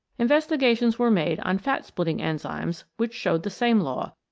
investigations were made on fat-splitting enzymes which showed the same law,